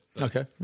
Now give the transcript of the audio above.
okay